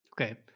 Okay